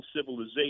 civilization